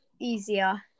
easier